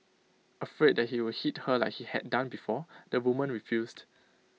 afraid that he would hit her like he had done before the woman refused